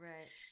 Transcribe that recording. Right